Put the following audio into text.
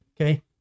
okay